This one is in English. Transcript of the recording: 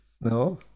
No